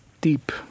deep